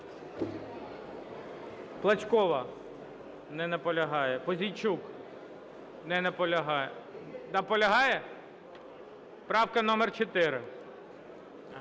Плачкова. Не наполягає. Пузійчук. Не наполягає. Наполягає? Правка номер 4.